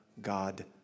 God